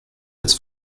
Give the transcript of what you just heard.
its